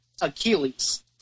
Achilles